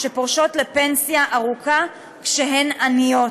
שפורשות יוצאות לפנסיה ארוכה כשהן עניות.